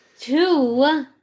Two